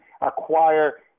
acquire